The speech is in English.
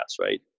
right